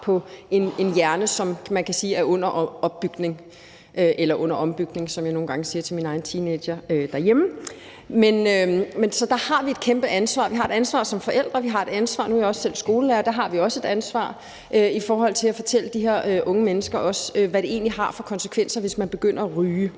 på en hjerne, som man kan sige er under opbygning – eller under ombygning, som jeg nogle gange siger til min egen teenager derhjemme. Så der har vi et kæmpe ansvar. Vi har et ansvar som forældre, og nu er jeg selv skolelærer, og der har vi også et ansvar i forhold til at fortælle de her unge mennesker, hvad det egentlig har af konsekvenser, hvis man begynder at ryge.